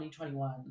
2021